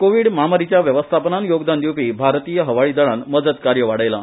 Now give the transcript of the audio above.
कोवीड म्हामारीच्या वेवस्थापनान योगदान दिवपी भारतीय हवाई दळान मजत कार्य वाडयला